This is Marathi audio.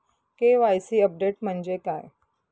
के.वाय.सी अपडेट म्हणजे काय?